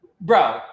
Bro